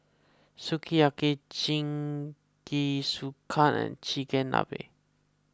Sukiyaki Jingisukan and Chigenabe